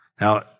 Now